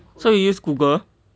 so you use google